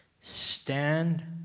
Stand